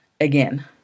Again